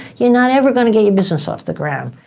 you're not ever going to get your business off the ground.